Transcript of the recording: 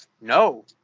no